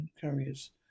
carriers